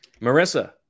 Marissa